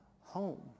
home